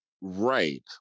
right